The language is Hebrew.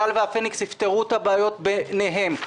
כלל והפניקס יפתרו את הבעיות ביניהם,